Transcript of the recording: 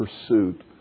pursuit